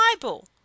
Bible